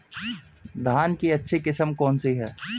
धान की अच्छी किस्म कौन सी है?